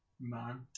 Man